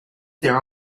their